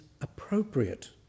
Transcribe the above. appropriate